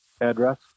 address